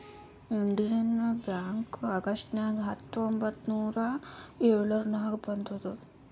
Indian Bank August ನಾಗ್ ಹತ್ತೊಂಬತ್ತ್ ನೂರಾ ಎಳುರ್ನಾಗ್ ಬಂದುದ್